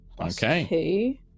Okay